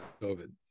COVID